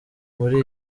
muri